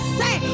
say